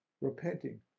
Repenting